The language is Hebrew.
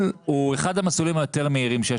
הוא אחד המסלולים היותר מהירים שיש